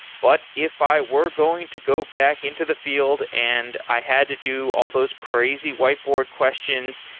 but if i were going to go back into the field and i had to do all those crazy whiteboard questions,